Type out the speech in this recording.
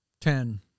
Ten